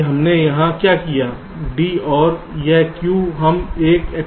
D और यह Q हम एक XOR गेट को फीड कर रहे हैं